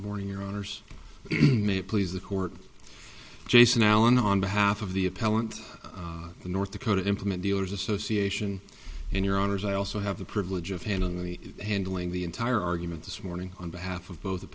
morning your owners may please the court jason allen on behalf of the appellant the north dakota implement dealers association and your owners i also have the privilege of handing the handling the entire argument this morning on behalf of both